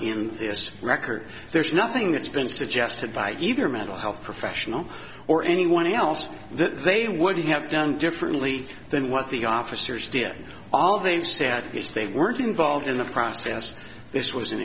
in this record there's nothing that's been suggested by either mental health professional or anyone else that they would have done differently than what the officers did all of them sad because they weren't involved in the process this was an